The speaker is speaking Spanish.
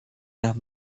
las